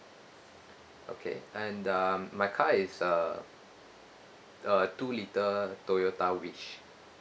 okay and um my car is uh err two litre toyota wish